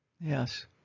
Yes